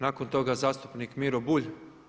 Nakon toga zastupnik Miro Bulj.